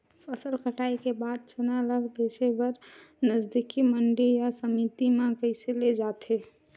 फसल कटाई के बाद चना ला बेचे बर नजदीकी मंडी या समिति मा कइसे ले जाथे?